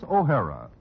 O'Hara